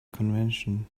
convention